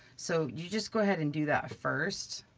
so you just go ahead and do that first